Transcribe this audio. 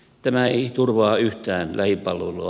tämä ei turvaa yhtään lähipalvelua